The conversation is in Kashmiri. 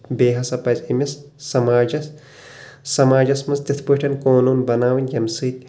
بییٚہِ ہسا پزٕ أمِس سماجس سماجس منٛز تِتھ پٲٹھۍ قونون بناوٕنۍ ییٚمہِ سۭتۍ